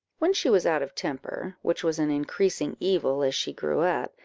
when she was out of temper, which was an increasing evil as she grew up,